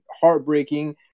heartbreaking